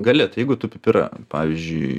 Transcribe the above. gali jeigu tu pipirą pavyzdžiui